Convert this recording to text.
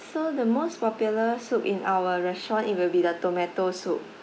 so the most popular soup in our restaurant it will be the tomato soup